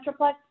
metroplex